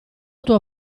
tuo